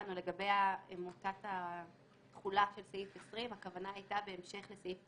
אלינו לגבי מוטת התחולה של סעיף 20. הכוונה הייתה בהמשך לסעיף 19,